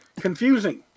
confusing